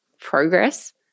progress